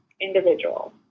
individual